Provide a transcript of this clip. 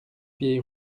vieille